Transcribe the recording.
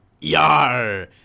Yar